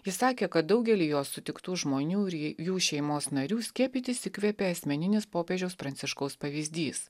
ji sakė kad daugelį jos sutiktų žmonių ir jų šeimos narių skiepytis įkvėpė asmeninis popiežiaus pranciškaus pavyzdys